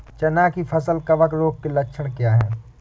चना की फसल कवक रोग के लक्षण क्या है?